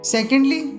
Secondly